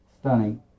stunning